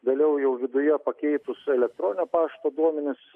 vėliau jau viduje pakeitus elektroninio pašto duomenis